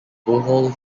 bohol